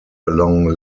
along